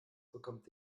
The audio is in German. bekommt